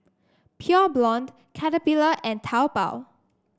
Pure Blonde Caterpillar and Taobao